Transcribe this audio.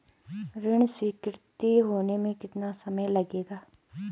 ऋण स्वीकृति होने में कितना समय लगेगा?